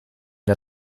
der